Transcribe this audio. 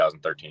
2013